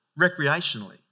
recreationally